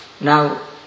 Now